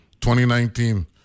2019